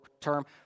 term